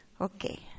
Okay